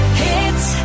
hits